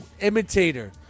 Imitator